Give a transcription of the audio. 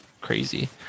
crazy